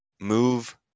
move